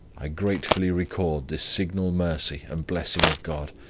i gratefully record this signal mercy and blessing of god,